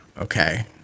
okay